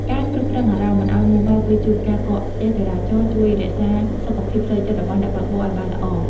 ការគ្រប់គ្រងអារម្មណ៍មិនឱ្យមួរម៉ៅពេលជួបការកកស្ទះចរាចរណ៍ជួយរក្សាសុខភាពផ្លូវចិត្តរបស់អ្នកបើកបរឱ្យបានល្អ។